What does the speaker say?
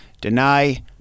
deny